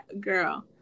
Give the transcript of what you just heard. girl